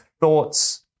thoughts